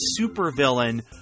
supervillain